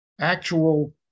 actual